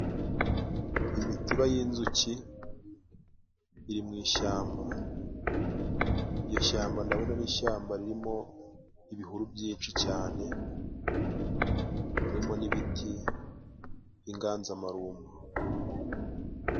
Imitiba y'inzuki iri mu ishamba. Iryo shyamba ndabona ari ishamba ririmo ibihuru byinshi cane, harimo n'ibiti by'inganzamarumbu.